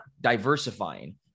diversifying